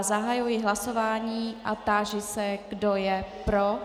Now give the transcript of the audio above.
Zahajuji hlasování a táži se, kdo je pro.